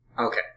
Okay